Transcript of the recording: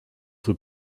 for